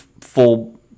full